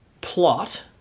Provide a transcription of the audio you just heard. plot